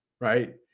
Right